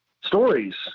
stories